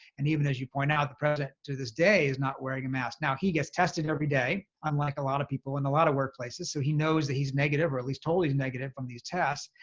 and even as you point out, the president to this day is not wearing a mask. now he gets tested every day. unlike a lot of people in a lot of workplaces, so he knows that he's negative, or at least told he's negative from these tests.